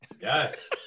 Yes